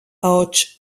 ahots